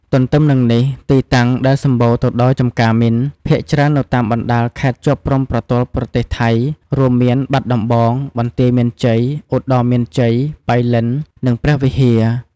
ទន្ទឹមនិងនេះទីតាំងដែលដែលសម្បូរទៅដោយចម្ការមីន ភាគច្រើននៅតាមបណ្តាលខេត្តជាប់ព្រំប្រទល់ប្រទេសថៃ រួមមាន បាត់ដំបង បន្ទាយមានជ័យ ឧត្តរមានជ័យ ប៉ៃលិន និងព្រះវិហារ។